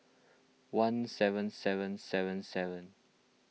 one seven seven seven seven